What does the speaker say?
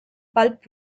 pulp